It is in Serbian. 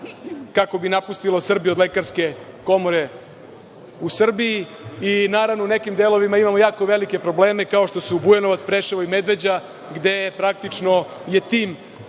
kako bi napustilo Srbiju od Lekarske komore u Srbiji. Naravno, u nekim delovima imamo jako velike probleme kao što su Bujanovac, Preševo i Medveđa gde je praktično tim